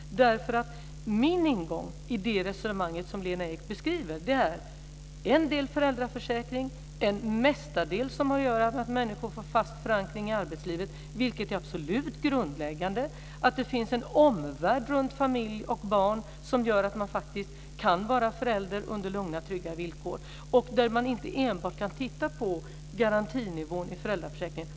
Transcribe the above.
Min ingång i det resonemang som Lena Ek beskriver är en del föräldraförsäkring och en större del som gör att människor får fast förankring i arbetslivet - vilket är absolut grundläggande - att det finns en omvärld runt familj och barn som gör att man kan vara förälder under lugna, trygga villkor. Man kan inte enbart se på garantinivån i föräldraförsäkringen.